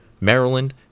Maryland